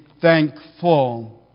thankful